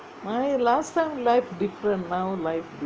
my last time life different now life different